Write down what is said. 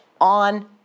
on